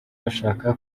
gashaka